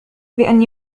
بأن